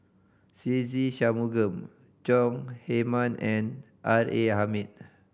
Se Ve Shanmugam Chong Heman and R A Hamid